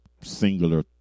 singular